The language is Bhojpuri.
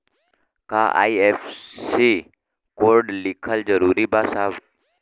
का आई.एफ.एस.सी कोड लिखल जरूरी बा साहब?